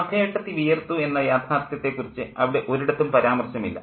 രാധ ഏട്ടത്തി വിയർത്തു എന്ന യാഥാർത്ഥ്യത്തെക്കുറിച്ച് അവിടെ ഒരിടത്തും പരാമർശമില്ല